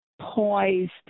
poised